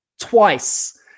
twice